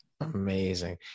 Amazing